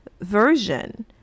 version